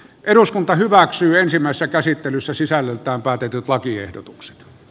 eduskunta hyväksyy ensimmäistä käsittelyssä sisällöltään päätetyt lakiehdotukset